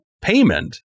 payment